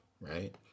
Right